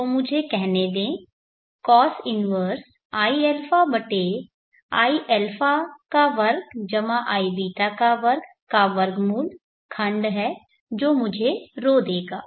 तो मुझे कहने दें cos 1 iα √iα2iβ2 खंड है जो मुझे ρ देगा